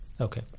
Okay